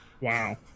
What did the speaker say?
Wow